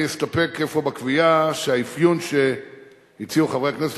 אני אסתפק אפוא בקביעה שהאפיון שהציעו חברי הכנסת